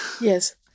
Yes